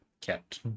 Cat